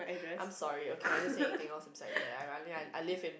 I'm sorry okay I don't say anything else beside that I I live in